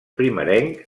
primerenc